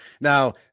now